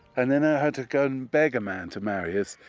and then i had to go and beg a man to marry us,